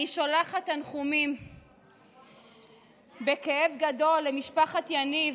אני שולחת תנחומים בכאב גדול למשפחת יניב,